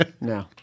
No